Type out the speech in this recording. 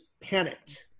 panicked